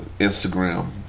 Instagram